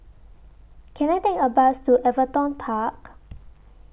Can I Take A Bus to Everton Park